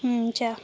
हुन्छ